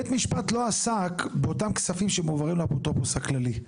בית משפט לא עסק באותם כספים שמועברים לאפוטרופוס הכללי.